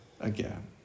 again